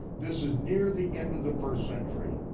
this is near the end of the first century.